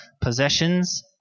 possessions